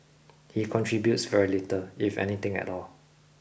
he contributes very little if anything at all